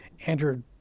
entered